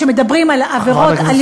כשמדברים על עבירות אלימות,